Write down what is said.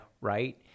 Right